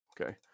Okay